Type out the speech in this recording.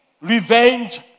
Revenge